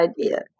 idea